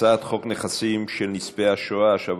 הצעת חוק נכסים של נספי השואה (השבה